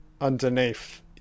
underneath